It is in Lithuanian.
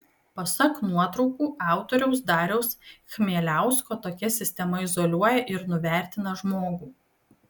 pasak nuotraukų autoriaus dariaus chmieliausko tokia sistema izoliuoja ir nuvertina žmogų